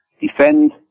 defend